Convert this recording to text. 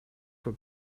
for